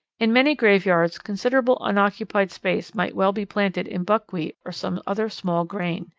in many graveyards considerable unoccupied space might well be planted in buckwheat or some other small grain.